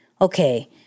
okay